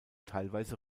teilweise